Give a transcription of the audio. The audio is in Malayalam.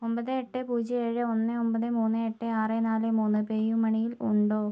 ഒമ്പത് എട്ട് പൂജ്യം ഏഴ് ഒന്ന് ഒമ്പത് മൂന്ന് എട്ട് ആറ് നാല് മൂന്ന് പേയുമണിയിൽ ഉണ്ടോ